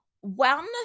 One